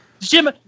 Jim